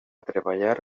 treballar